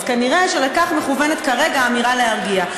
אז נראה שלכך מכוונת כרגע האמירה להרגיע.